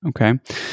Okay